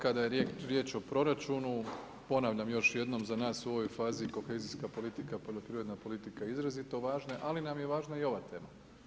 Kada je riječ o proračunu, ponavljam još jednom za nas u ovoj fazi kohezijska politika, poljoprivredna politika, izrazito važne, ali nam je važna i ova tema.